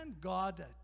God